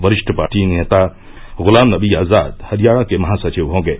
वरिष्ठ पार्टी नेता गुलाम नबी आजाद हरियाणा के महासचिव होंगे